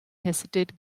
hesitate